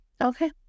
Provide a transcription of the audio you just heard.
okay